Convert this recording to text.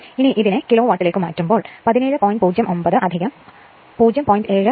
ഇനി ഇതിനെ കിലോവാട്ടിലേക്ക് മാറ്റുമ്പോൾ 17